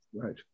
right